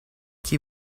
chi